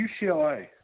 UCLA